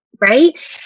right